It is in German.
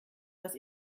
was